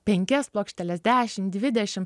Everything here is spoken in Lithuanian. penkias plokšteles dešim dvidešim